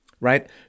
right